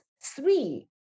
three